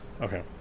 okay